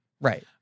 Right